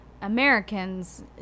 Americans